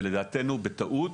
לדעתנו בטעות.